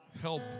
help